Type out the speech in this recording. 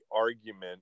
argument